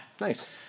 Nice